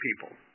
people